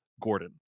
Gordon